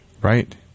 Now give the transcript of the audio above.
Right